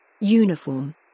Uniform